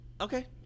Okay